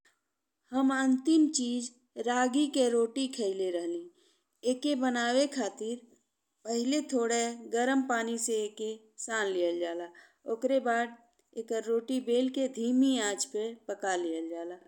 हम अंतिम चीज रागी के रोटी खइले रहली। एके बनाए खातिर पहिले थोड़े गरम पानी से एके सान लिहल जाला। ओकरे बाद एकर रोटी बेरी के धीमी आंच पे पका लिहल जाला।